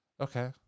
Okay